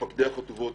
מפקדי החטיבות,